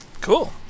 Cool